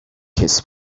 kiss